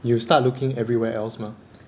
you start looking everywhere else mah